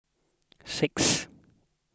six